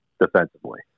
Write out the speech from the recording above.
defensively